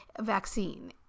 vaccine